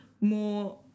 more